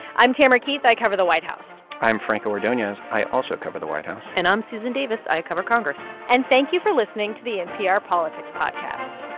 i'm tamara keith. i cover the white house i'm franco ordonez. i also cover the white house and i'm susan davis. i cover congress and thank you for listening to the npr politics podcast